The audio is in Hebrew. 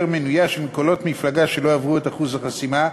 מנייה של קולות מפלגות שלא עברו את אחוז החסימה.